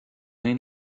féin